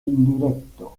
indirecto